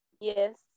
Yes